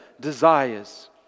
desires